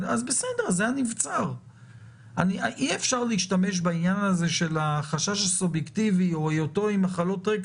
אז קל וחומר שהוא רשאי לאשר את הדיון בהשתתפותו בהיוועדות חזותית.